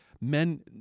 Men